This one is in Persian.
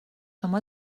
شما